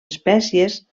espècies